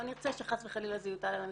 לא נרצה שחס וחלילה זה יוטל על המתלוננת.